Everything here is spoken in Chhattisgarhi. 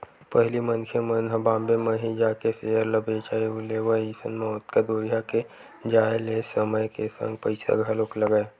पहिली मनखे मन ह बॉम्बे म ही जाके सेयर ल बेंचय अउ लेवय अइसन म ओतका दूरिहा के जाय ले समय के संग पइसा घलोक लगय